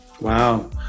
Wow